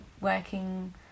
working